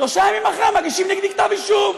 שלושה ימים אחרי, מגישים נגדי כתב אישום.